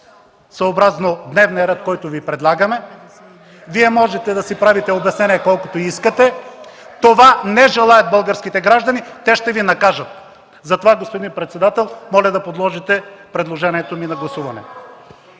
съобразно дневния ред, който Ви предлагаме. Вие можете да си правите обяснения колкото искате. Българските граждани не желаят това. Те ще Ви накажат! Затова, господин председател, моля да подложите предложението ми на гласуване.